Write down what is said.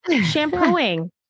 Shampooing